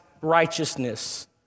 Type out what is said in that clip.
righteousness